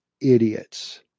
idiots